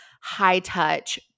high-touch